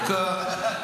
דקה.